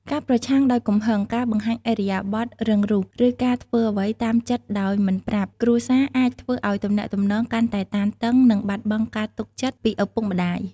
ការប្រឆាំងដោយកំហឹង ការបង្ហាញឥរិយាបថរឹងរូស ឬ ការធ្វើអ្វីតាមចិត្តដោយមិនប្រាប់ គ្រួសារ អាចធ្វើឲ្យទំនាក់ទំនងកាន់តែតានតឹង និង បាត់បង់ការទុកចិត្ត ពីឪពុកម្ដាយ។